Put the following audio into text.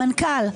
המנכ"ל,